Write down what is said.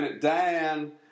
Dan